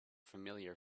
familiar